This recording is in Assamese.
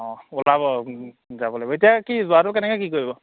অঁ ওলাব যাব লাগিব এতিয়া কি যোৱাতো কেনেকৈ কি কৰিব